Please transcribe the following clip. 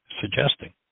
suggesting